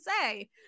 say